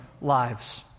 lives